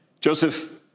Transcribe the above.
Joseph